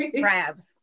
Crabs